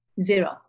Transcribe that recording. Zero